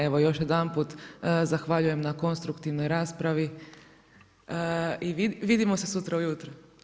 Evo još jedanput zahvaljujem na konstruktivnoj raspravi i vidimo se sutra ujutro.